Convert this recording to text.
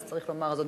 אז צריך לומר זאת.